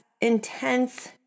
intense